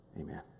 Amen